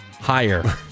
Higher